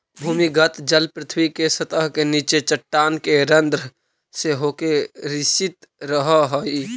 भूमिगत जल पृथ्वी के सतह के नीचे चट्टान के रन्ध्र से होके रिसित रहऽ हई